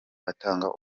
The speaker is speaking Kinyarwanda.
atanga